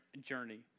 journey